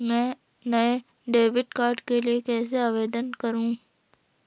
मैं नए debit card के लिए कैसे आवेदन करूं?